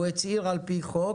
והוא הצהיר על פי חוק,